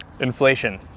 Inflation